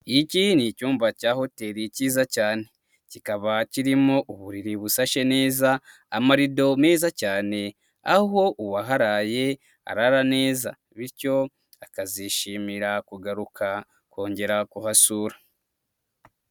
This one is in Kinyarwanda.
Iki ni icyumba cya hoteli cyiza cyane kikaba kirimo uburiri busashe neza, amarido meza cyane, aho uwaharaye arara neza bityo akazishimira kugaruka kongera kuhasura.